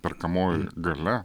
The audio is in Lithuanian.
perkamoji galia